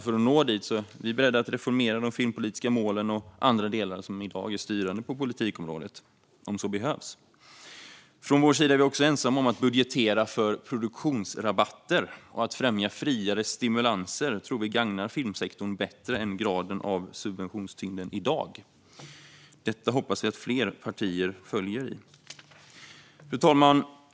För att nå dit är vi beredda att reformera de filmpolitiska målen och andra delar som i dag är styrande på politikområdet, om så behövs. Från vår sida är vi också ensamma om att budgetera för produktionsrabatter. Att främja friare stimulanser tror vi gagnar filmsektorn bättre än den grad av subventionstyngd vi ser i dag. Vi hoppas att fler partier följer efter. Fru talman!